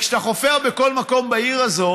כשאתה חופר בכל מקום בעיר הזאת